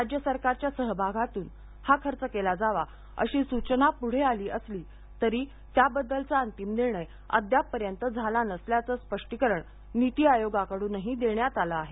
राज्य सरकारच्या सहभागातून हा खर्च केला जावा अशी सूचना पुढे आली असली तरी त्याबद्दलचा अंतिम निर्णय अद्यापपर्यंत झाला नसल्याचं स्पष्टीकरण नीती आयोगाकडूनही देण्यात आलं आहे